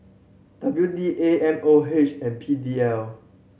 W D A M O H and P D L